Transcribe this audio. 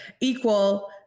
equal